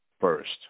first